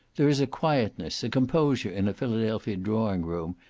there is a quietness, a composure in a philadelphia drawing-room,